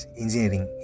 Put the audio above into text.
engineering